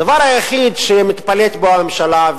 הדבר היחיד שמטפלת בו הממשלה,